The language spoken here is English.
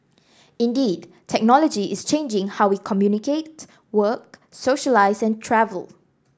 indeed technology is changing how we communicate work socialise and travel